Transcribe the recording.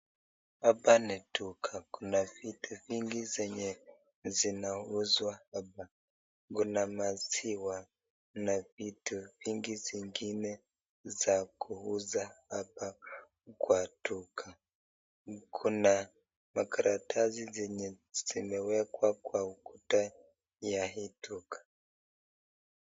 Hapa ni duka, kuna vitu vingi zenye zinauzwa hapa, kuna maziwa na vitu vingi zingine za kuuza hapa kwa duka. Kuna makaratasi zenye zimewekwa kwa ukuta ya hii duka.